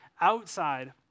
outside